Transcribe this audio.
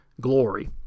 glory